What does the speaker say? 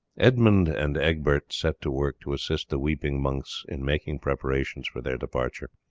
edmund and egbert set to work to assist the weeping monks in making preparations for their departure.